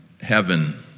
heaven